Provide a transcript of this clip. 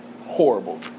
horrible